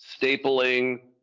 stapling